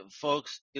Folks